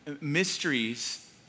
mysteries